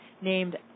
named